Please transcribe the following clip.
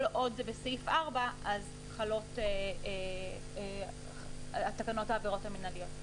עוד זה בסעיף 4 אז חלות תקנות העברות המנהליות.